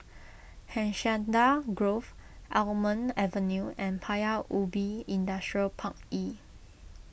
Hacienda Grove Almond Avenue and Paya Ubi Industrial Park E